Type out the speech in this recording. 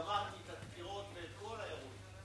גמרתי את הדקירות ואת כל האירועים.